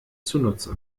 zunutze